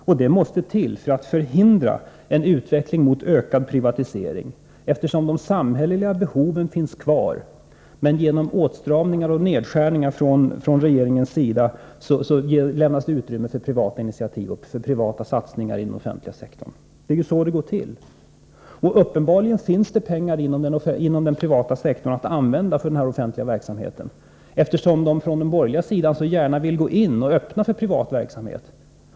Så måste ske om vi skall kunna förhindra en utveckling mot ökad privatisering. De samhälleliga behoven finns ju kvar, men genom åtstramningar och nedskärningar från regeringens sida lämnas det utrymme för privata initiativ och privata satsningar i den offentliga sektorn. Det är så det går till. Uppenbarligen finns det inom den privata sektorn pengar att använda för den offentliga verksamheten. Den borgerliga sidan vill ju så gärna öppna för privat verksamhet.